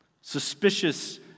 Suspicious